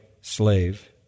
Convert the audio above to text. slave